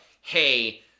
hey